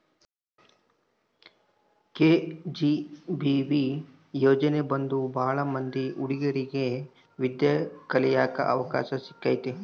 KGBV ಯೋಜನೆ ಬಂದು ಭಾಳ ಮಂದಿ ಹುಡಿಗೇರಿಗೆ ವಿದ್ಯಾ ಕಳಿಯಕ್ ಅವಕಾಶ ಸಿಕ್ಕೈತಿ